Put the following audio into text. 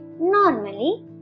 Normally